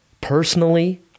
personally